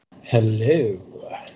Hello